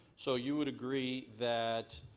so you would agree that